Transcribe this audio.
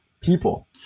people